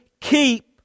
keep